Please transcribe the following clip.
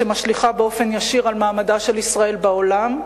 שמשליכה באופן ישיר על מעמדה של ישראל בעולם,